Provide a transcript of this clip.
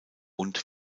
und